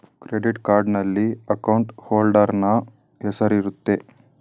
credit ಕಾರ್ಡ್ನಲ್ಲಿ account holder ನ ಹೆಸರಿರುತ್ತೆ